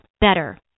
better